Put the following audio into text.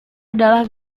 adalah